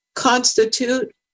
Constitute